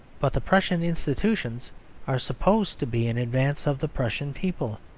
but the prussian institutions are supposed to be in advance of the prussian people,